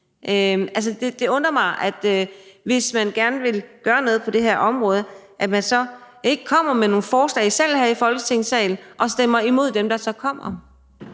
kompensationsordning? Hvis man gerne vil gøre noget på det her område, undrer det mig, at man så ikke selv kommer med nogen forslag her i Folketingssalen og stemmer imod dem, der så kommer.